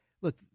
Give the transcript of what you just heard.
look